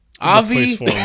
Avi